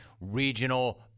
regional